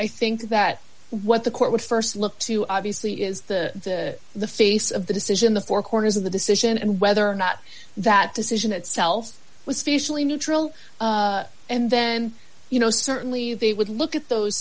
i think that what the court would st look to obviously is the the face of the decision the four corners of the decision and whether or not that decision itself was facially neutral and then you know certainly they would look at those